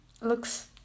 looks